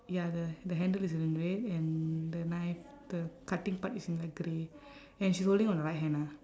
ya the the handle is in red and the knife the cutting part is in like grey and she's holding on her right hand ah